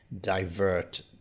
divert